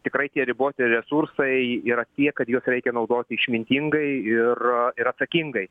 tikrai tie riboti resursai yra tie kad juos reikia naudoti išmintingai ir ir atsakingai